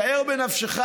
שער בנפשך,